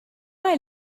est